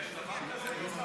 יש דבר כזה?